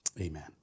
amen